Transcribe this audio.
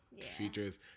features